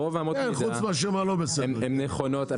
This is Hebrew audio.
רוב אמות המידה הן נכונות.